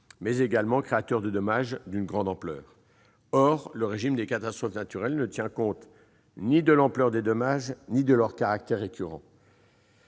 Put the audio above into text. bien souvent causes de dommages d'une grande ampleur. Or le régime des catastrophes naturelles ne tient compte ni de l'ampleur des dommages ni de leur caractère récurrent.